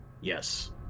Yes